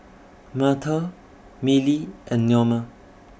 Myrtle Millie and Neoma